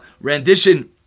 rendition